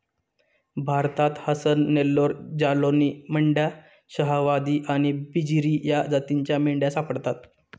भारतात हसन, नेल्लोर, जालौनी, मंड्या, शाहवादी आणि बजीरी या जातींच्या मेंढ्या सापडतात